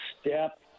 step